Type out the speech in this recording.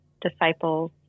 disciples